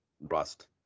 Rust